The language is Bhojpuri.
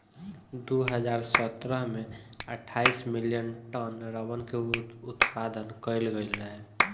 दू हज़ार सतरह में अठाईस मिलियन टन रबड़ के उत्पादन कईल गईल रहे